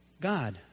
God